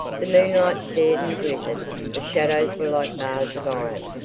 the moonlight stared and glittered the shadows were like bars of iron.